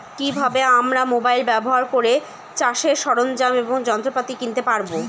কি ভাবে আমরা মোবাইল ব্যাবহার করে চাষের সরঞ্জাম এবং যন্ত্রপাতি কিনতে পারবো?